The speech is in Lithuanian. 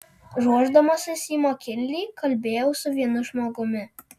ruošdamasis į makinlį kalbėjau su vienu žmogumi